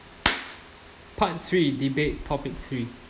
part three debate topic three